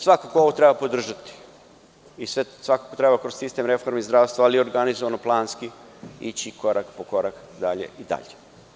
Svakako ovo treba podržati i svakako treba kroz sistem reforme zdravstva, ali organizovano, planski, ići korak po korak, dalje i dalje.